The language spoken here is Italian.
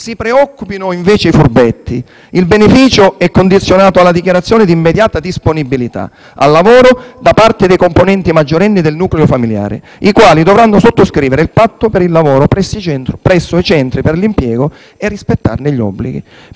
Si preoccupino, invece, i furbetti. Il beneficio è condizionato alla dichiarazione di immediata disponibilità al lavoro da parte dei componenti maggiorenni del nucleo familiare, i quali dovranno sottoscrivere il patto per il lavoro presso i centri per l'impiego e rispettarne gli obblighi.